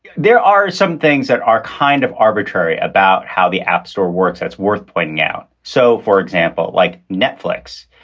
there are some things that are kind of arbitrary about how the app store works that's worth pointing out. so, for example, like netflix,